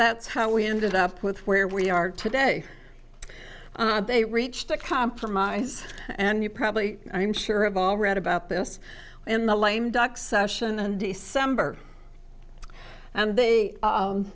that's how we ended up with where we are today they reached a compromise and you probably i'm sure of all read about this in the lame duck session and december and they